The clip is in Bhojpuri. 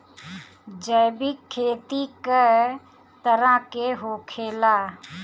जैविक खेती कए तरह के होखेला?